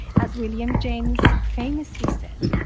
as william james famously said,